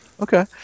Okay